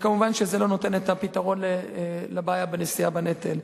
ומובן שזה לא נותן את הפתרון לבעיה של נשיאה בנטל.